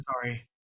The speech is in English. sorry